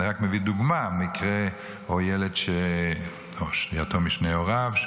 אני רק מביא דוגמה של מקרה: ילד שהוא יתום משני הוריו,